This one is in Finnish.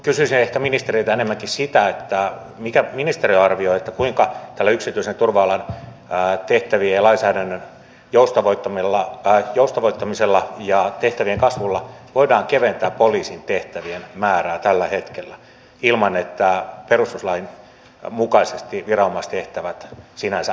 kysyisin ehkä ministeriltä enemmänkin sitä mitä ministeri arvioi kuinka tällä yksityisen turva alan tehtävien ja lainsäädännön joustavoittamisella ja tehtävien kasvulla voidaan keventää poliisin tehtävien määrää tällä hetkellä ilman että perustuslain mukaisesti viranomaistehtävät sinänsä vaarantuvat